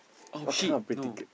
oh shit no